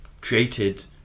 created